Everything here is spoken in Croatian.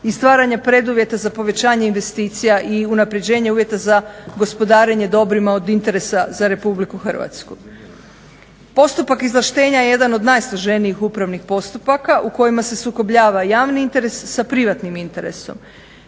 i stvaranja preduvjeta za povećanje investicija i unapređenje uvjeta za gospodarenje dobrima od interesa za RH. Postupak izvlaštenja je jedan od najsloženijih upravnih postupaka u kojima se sukobljava javni interes sa privatnim interesom.